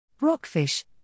Rockfish